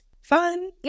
Fun